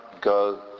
go